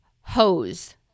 hose